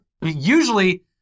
usually